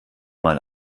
mal